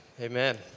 amen